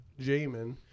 Jamin